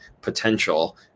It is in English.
potential